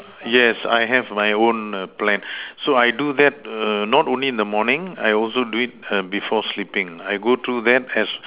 yes I have my own plans so I do that err not only in the morning I also do it before sleeping I go through that as